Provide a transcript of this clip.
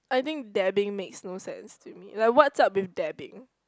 I think dabbing makes no sense to me like what's up with dabbing